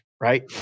right